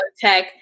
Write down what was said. tech